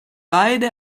beide